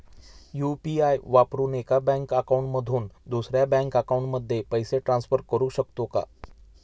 UPI वापरून एका bank account मधून दुसऱ्या बँक अकाउंटमध्ये पैसे ट्रान्सफर करू शकतो का?